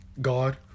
God